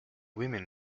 women